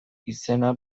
izena